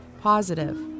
Positive